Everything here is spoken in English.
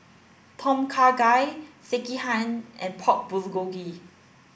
Tom Kha Gai Sekihan and Pork Bulgogi